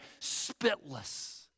spitless